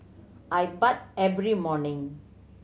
I bathe every morning